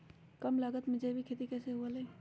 कम लागत में जैविक खेती कैसे हुआ लाई?